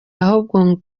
ahubwo